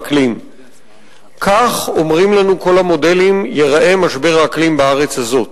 השר, עמיתי חברי הכנסת, האסון